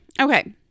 Okay